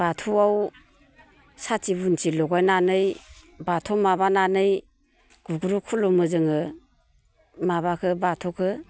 बाथौआव साथि बुन्थि लगायनानै बाथौ माबानानै गुग्रुब खुलुमो जोङो माबाखौ बाथौखौ